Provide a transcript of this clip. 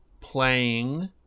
playing